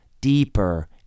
deeper